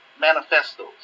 manifestos